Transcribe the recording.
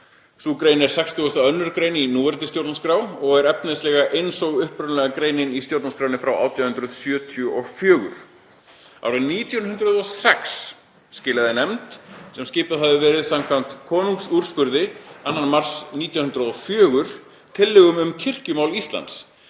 Sú grein er 62. gr. í núverandi stjórnarskrá og er efnislega eins og upprunalega greinin í stjórnarskránni frá 1874. Árið 1906 skilaði nefnd, sem skipuð hafði verið samkvæmt konungsúrskurði 2. mars 1904, tillögum um kirkjumál Íslands.